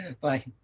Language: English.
Bye